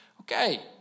Okay